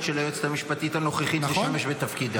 של היועצת המשפטית הנוכחית לשמש בתפקידה.